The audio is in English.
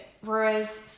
whereas